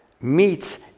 meets